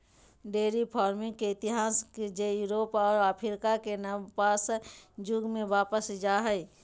dairy farming के इतिहास जे यूरोप और अफ्रीका के नवपाषाण युग में वापस जा हइ